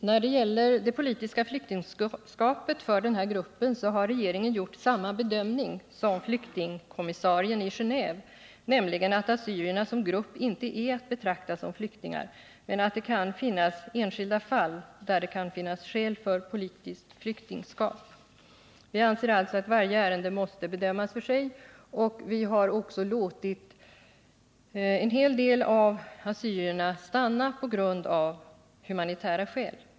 Herr talman! När det gäller det politiska flyktingskapet för den här gruppen har regeringen gjort samma bedömning som flyktingkommissarien i Genéve, nämligen att assyrierna som grupp inte är att betrakta som flyktingar men att det kan förekomma enskilda fall där det finns skäl för politiskt flyktingskap. Vi anser alltså att varje ärende måste bedömas för sig, och vi har också låtit en hel del av assyrierna stanna av humanitära skäl.